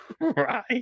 Right